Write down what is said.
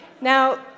Now